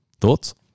Thoughts